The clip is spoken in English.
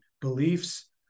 beliefs